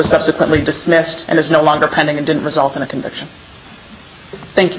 subsequently dismissed and it's no longer pending and didn't result in a